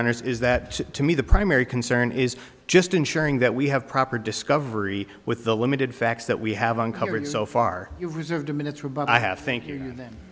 honors is that to me the primary concern is just ensuring that we have proper discovery with the limited facts that we have uncovered so far you reserve the minutes were but i have think you know the